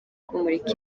kumurika